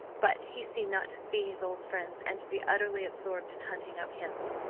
but he seemed not to see his old friends and to be utterly absorbed in hunting up hymns.